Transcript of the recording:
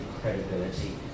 credibility